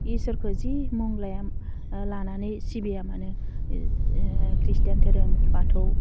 इसोरखौ जि मुं लाया ओह लानानै सिबिया मानो खृष्टान धोरोम बाथौ